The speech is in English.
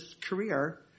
career